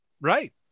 Right